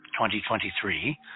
2023